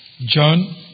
John